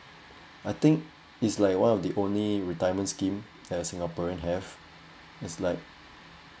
I think is like one of the only retirement scheme that a singaporean have is like